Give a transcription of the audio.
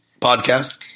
podcast